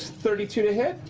thirty two to hit.